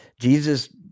Jesus